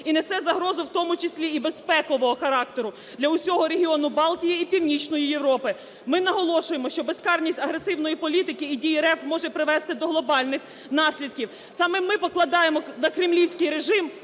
і несе загрозу, в тому числі і безпекового характеру для всього регіону Балтії і Північної Європи. Ми наголошуємо, що безкарність агресивної політики і дії РФ може привести до глобальних наслідків. Саме ми покладаємо на кремлівський режим